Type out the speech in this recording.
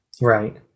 right